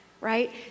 right